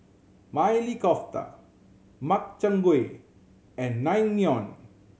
Maili Kofta Makchang Gui and Naengmyeon